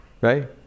right